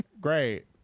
great